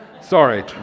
Sorry